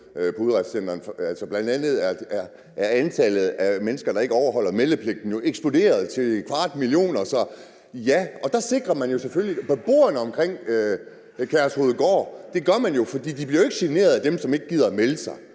på udrejsecentrene. Bl.a. er antallet af mennesker, der ikke overholder meldepligten, eksploderet, og ja, der sikrer man jo selvfølgelig beboerne omkring Kærshovedgård. Det gør man jo, for de bliver ikke generet af dem, som ikke gider melde sig